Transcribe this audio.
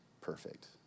perfect